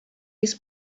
his